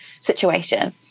situation